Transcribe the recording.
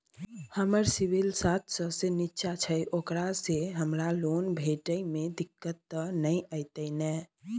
हमर सिबिल सात सौ से निचा छै ओकरा से हमरा लोन भेटय में दिक्कत त नय अयतै ने?